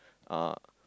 uh